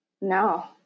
No